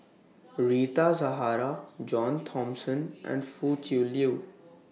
Rita Zahara John Thomson and Foo Tui Liew